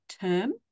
term